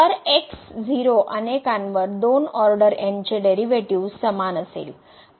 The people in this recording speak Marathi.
तर x0 अनेकांवर 2 ऑर्डर n चे डेरिव्हेटिव्ह् समान असेल